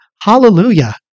Hallelujah